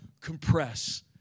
compress